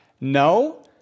No